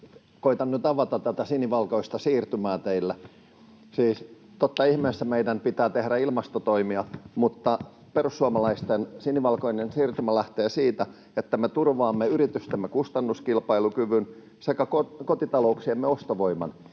koetan nyt avata tätä sinivalkoista siirtymää teille. Siis totta ihmeessä meidän pitää tehdä ilmastotoimia, mutta perussuomalaisten sinivalkoinen siirtymä lähtee siitä, että me turvaamme yritystemme kustannuskilpailukyvyn sekä kotitalouksiemme ostovoiman.